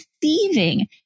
deceiving